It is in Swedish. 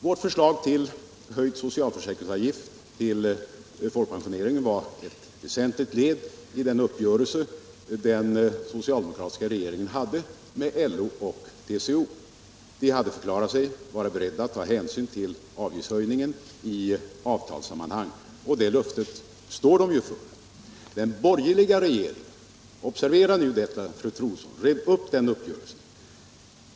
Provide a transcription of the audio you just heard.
: Vårt förslag om höjd socialförsäkringsavgift till folkpensioneringen var ett väsentligt led i den uppgörelse den socialdemokratiska regeringen slöt med LO och TCO. De hade förklarat sig beredda att ta hänsyn till avgiftshöjningen i avtalssammanhang, och det löftet står de för. Den borgerliga regeringen, observera nu detta fru Troedsson, rev upp den uppgörelsen.